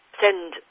send